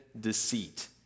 deceit